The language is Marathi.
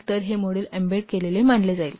तर हे मॉड्यूल एम्बेड केलेले मानले जाईल